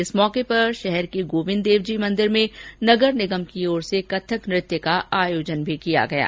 इस मौके पर शहर के गोर्विन्द देवजी मंदिर में नगर निगम की ओर से कथक नृत्य का आयोजन किया जा रहा है